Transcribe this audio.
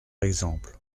exemple